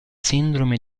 sindrome